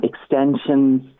extensions